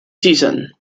season